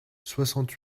soixante